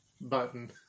button